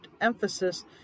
emphasis